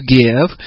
give